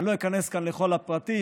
אני לא איכנס כאן לכל הפרטים.